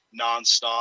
nonstop